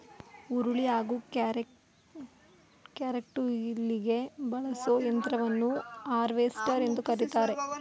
ಹುರುಳಿ ಹಾಗೂ ಕ್ಯಾರೆಟ್ಕುಯ್ಲಿಗೆ ಬಳಸೋ ಯಂತ್ರವನ್ನು ಹಾರ್ವೆಸ್ಟರ್ ಎಂದು ಕರಿತಾರೆ